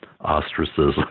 ostracism